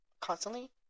constantly